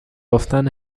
گفتن